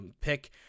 pick